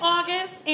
August